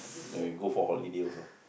then you go for holiday also